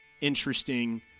interesting